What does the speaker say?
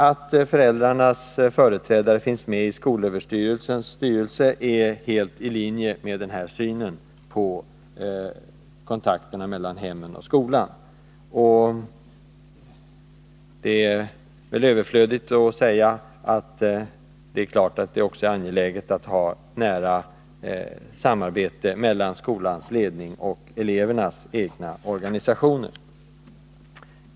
Att föräldrarnas företrädare finns med i skolöverstyrelsens styrelse är helt i linje med denna syn på kontakterna mellan hemmen och skolan. Och det är väl egentligen överflödigt att säga att det också är angeläget att det finns ett nära samarbete mellan skolans ledning och elevernas egna organisationer.